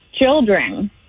children